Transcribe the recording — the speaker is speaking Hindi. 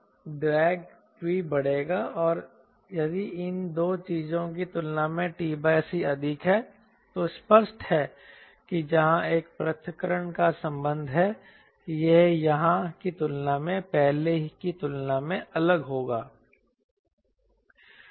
तो ड्रैग भी बढ़ेगा और यदि इन 2 चीजों की तुलना में t c अधिक है तो स्पष्ट है कि जहां तक पृथक्करण का संबंध है यह यहां की तुलना में पहले की तुलना में अलग होगा